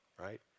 right